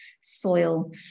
Soil